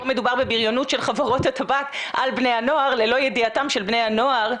פה מדובר בבריונות של חברות הטבק על בני הנוער ללא ידיעתם של בני הנוער.